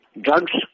Drugs